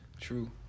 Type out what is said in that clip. True